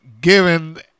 given